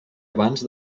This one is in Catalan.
abans